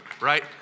right